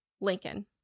Lincoln